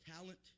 talent